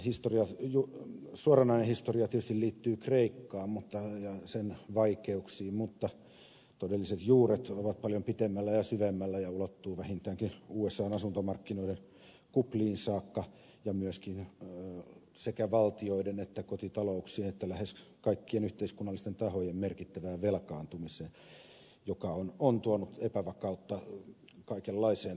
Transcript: tämän suoranainen historia tietysti liittyy kreikkaan ja sen vaikeuksiin mutta todelliset juuret ovat paljon pitemmällä ja syvemmällä ja ulottuvat vähintäänkin usan asuntomarkkinoiden kupliin saakka ja myöskin sekä valtioiden että kotitalouksien että lähes kaikkien yhteiskunnallisten tahojen merkittävään velkaantumiseen joka on tuonut epävakautta kaikenlaiseen taloudelliseen toimintaan